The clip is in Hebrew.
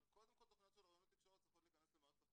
אבל קודם כל תוכניות של אוריינות תקשורת צריכות להיכנס למערכת החינוך.